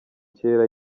kera